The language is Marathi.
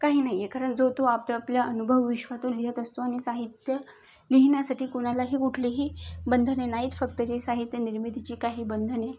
काही नाही आहे कारण जो तो आपापल्या अनुभव विश्वातून लिहीत असतो आणि साहित्य लिहिण्यासाठी कुणालाही कुठलीही बंधने नाहीत फक्त जे साहित्य निर्मितीची काही बंधने